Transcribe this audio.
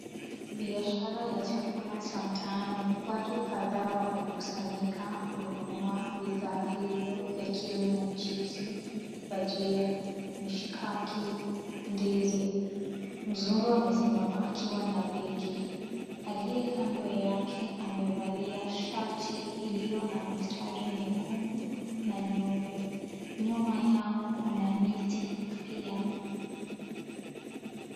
Biashara ya chakula cha mtaani. Watu kadhaa wamekusanyika kununua bidhaa hivyo ikiwemo chipsi, bhajia, mishikaki, ndizi. Mzungu amesimama akiwa na begi. Aliye kando yake amevalia shati iliyo na mistari nyekundu na nyeupe. Nyuma yao kuna miti pia.